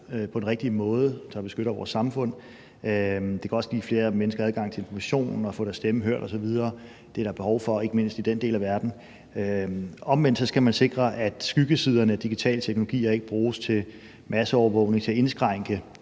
på den rigtige måde, til at beskytte vores samfund. Det kan også give flere mennesker adgang til information og til at få deres stemme hørt osv. Det er der behov for, ikke mindst i den del af verden. Omvendt skal man sikre, at skyggesiderne af digitale teknologier ikke bruges til masseovervågning og til at indskrænke